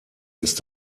ist